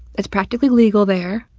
it's practically legal there.